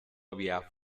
había